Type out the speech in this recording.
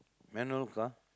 manual car